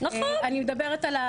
אני מדברת,